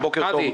בוקר טוב.